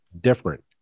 different